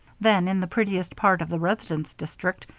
then, in the prettiest part of the residence district,